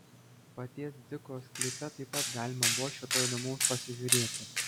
paties dziko sklype taip pat galima buvo šio to įdomaus pasižiūrėti